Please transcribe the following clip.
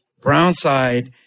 Brownside